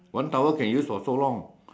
one towel can use for so long